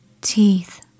teeth